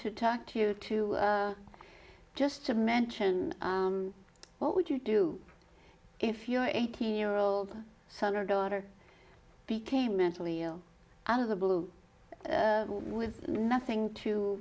to talk to you too just to mention what would you do if your eighteen year old son or daughter became mentally ill out of the blue with nothing to